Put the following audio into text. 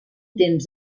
temps